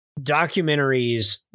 documentaries